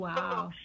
Wow